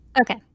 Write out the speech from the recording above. Okay